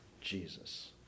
Jesus